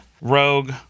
rogue